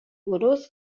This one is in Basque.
buruz